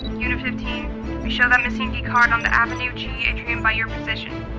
unit fifteen we show that missing decard on the avenue g atrium by your position.